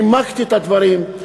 נימקתי את הדברים.